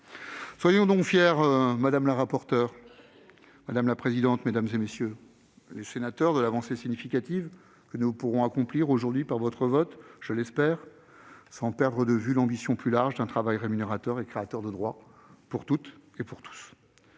Soyons donc fiers, madame la rapporteure, madame la présidente de la commission, mesdames, messieurs les sénateurs, de l'avancée significative que nous pourrons accomplir aujourd'hui- je l'espère -par votre vote, sans perdre de vue l'ambition plus large d'un travail rémunérateur et créateur de droits pour toutes et pour tous.